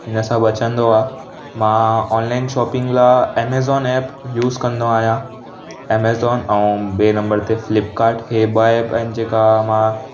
इनसां बचंदो आहे मां ऑनलाइन शॉपिंग लाइ अमेजोन ऐप यूज़ कंदो आहियां अमेजोन ऐं ॿिए नंबर ते फ्लिपकार्ट हीअ ॿ ऐप आहिनि जेका मां